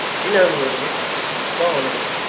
you know who it is barnaby,